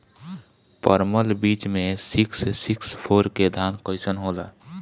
परमल बीज मे सिक्स सिक्स फोर के धान कईसन होला?